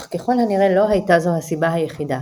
אך ככל הנראה לא הייתה זו הסיבה היחידה.